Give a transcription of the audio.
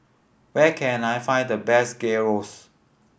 where can I find the best Gyros